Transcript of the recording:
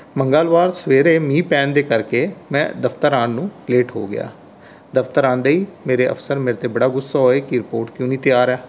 ਮੰਗਲਵਾਰ ਸਵੇਰੇ ਮੀਂਹ ਪੈਣ ਦੇ ਕਰਕੇ ਮੈਂ ਦਫ਼ਤਰ ਆਉਣ ਨੂੰ ਲੇਟ ਹੋ ਗਿਆ ਦਫ਼ਤਰ ਆਉਂਦੇ ਹੀ ਮੇਰੇ ਅਫ਼ਸਰ ਮੇਰੇ 'ਤੇ ਬੜਾ ਗੁੱਸਾ ਹੋਏ ਕਿ ਰਿਪੋਰਟ ਕਿਉਂ ਨਹੀਂ ਤਿਆਰ ਹੈ